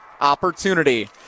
opportunity